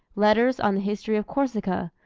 letters on the history of corsica,